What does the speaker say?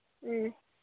ꯎꯝ